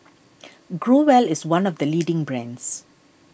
Growell is one of the leading brands